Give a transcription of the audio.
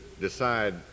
decide